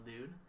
dude